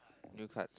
new card